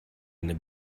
eine